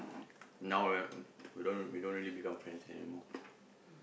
now right we don't we don't really become friends anymore